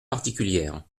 particulière